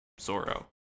Zoro